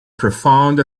profound